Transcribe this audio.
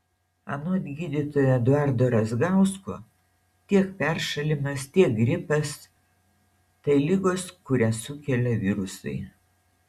anot gydytojo eduardo razgausko tiek peršalimas tiek gripas tai ligos kurias sukelia virusai